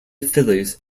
phillies